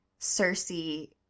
Cersei